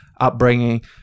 upbringing